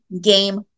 game